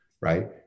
right